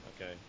Okay